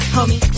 Homie